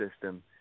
system